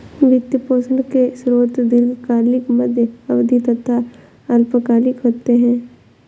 वित्त पोषण के स्रोत दीर्घकालिक, मध्य अवधी तथा अल्पकालिक होते हैं